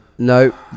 No